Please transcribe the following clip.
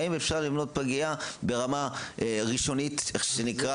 האם אפשר לבנות עבורה פגייה ברמה ראשונית ללידה,